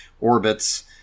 orbits